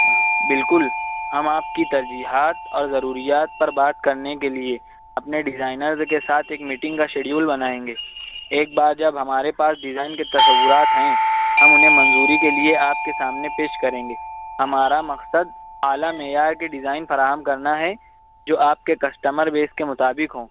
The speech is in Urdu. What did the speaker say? بالکل ہم آپ کی ترجیحات اور ضروریات پر بات کرنے کے لیے اپنے ڈیزائنرز کے ساتھ ایک میٹنگ کا شیڈیول بنائیں گے ایک بار جب ہمارے پاس ڈیزائن کے تصورات ہیں ہم انہیں منظوری کے لیے آپ کے سامنے پیش کریں گے ہمارا مقصد اعلیٰ معیار کی ڈیزائن فراہم کرنا ہے جو آپ کے کسٹمر بیس کے مطابق ہوں